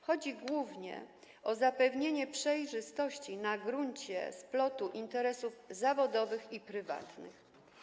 Chodzi głównie o zapewnienie przejrzystości na gruncie splotu interesów zawodowych i prywatnych.